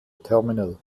terminal